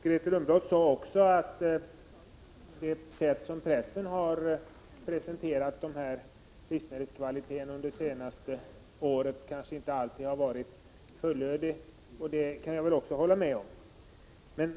Grethe Lundblad sade också att pressens sätt att presentera livsmedelskvaliteten under det senaste året kanske inte alltid har varit fullödigt. Även det kan jag väl hålla med om.